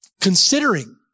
considering